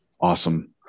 Awesome